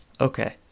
okay